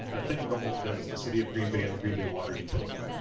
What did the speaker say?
ah think of it almost as the city of green bay and the green bay water utility.